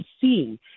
seeing